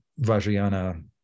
Vajrayana